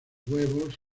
huevos